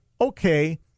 okay